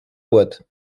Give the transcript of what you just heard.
boite